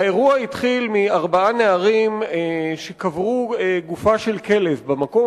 האירוע התחיל כשארבעה נערים קברו גופה של כלב במקום.